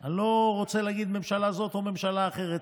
אני לא רוצה להגיד על ממשלה זאת או ממשלה אחרת,